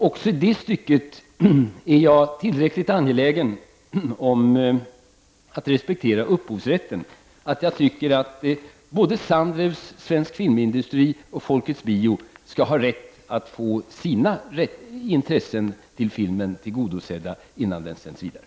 Också i detta stycke är jag tillräckligt angelägen om att respektera upphovsrätten för att tycka att både Sandrews, Svensk Filmindustri och Folkets Bio skall ha rätt att få sina intressen i filmen tillgodosedda innan den sänds vidare.